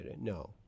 No